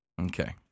Okay